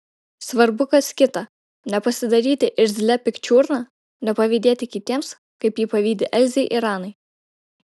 svarbu kas kita nepasidaryti irzlia pikčiurna nepavydėti kitiems kaip ji pavydi elzei ir anai